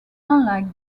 unlike